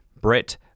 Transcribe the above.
Brett